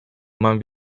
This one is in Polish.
mam